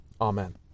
Amen